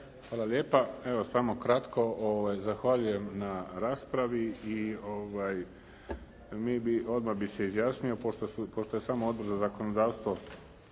Hvala lijepa. Evo, samo kratko. Zahvaljujem na raspravi. I odmah bi se izjasnio pošto je samo Odbor za zakonodavstvo